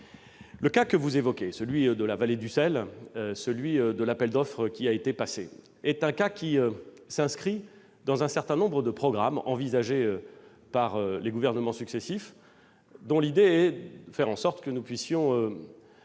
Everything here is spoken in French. Le cas que vous évoquez, celui de la vallée du sel et de l'appel d'offres qui a été lancé, s'inscrit dans un certain nombre de programmes envisagés par les gouvernements successifs, dont l'idée est de faire en sorte que nous puissions